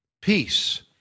peace